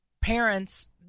parents